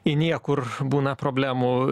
į niekur būna problemų